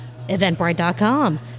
eventbrite.com